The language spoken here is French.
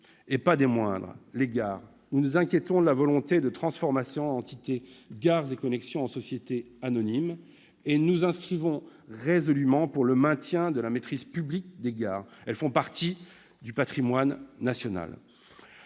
et pas des moindres : les gares. Nous nous inquiétons de la volonté de transformation de l'entité Gares & Connexions en société anonyme. Nous plaidons résolument pour le maintien de la maîtrise publique des gares. Elles font partie du patrimoine national.